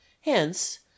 Hence